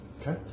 Okay